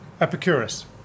Epicurus